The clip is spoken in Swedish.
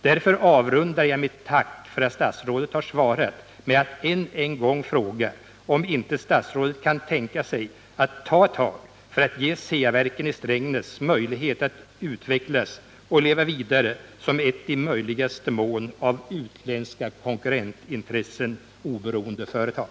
Därför avrundar jag mitt tack för att statsrådet har svarat med att än en gång fråga om inte statsrådet kan tänka sig att ta ett tag för att ge Ceaverken i Strängnäs möjlighet att utvecklas och leva vidare som ett i möjligaste mån av utländska konkurrentintressen oberoende företag.